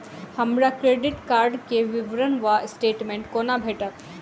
हमरा credit card केँ विवरण वा स्टेटमेंट कोना भेटत?